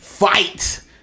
Fight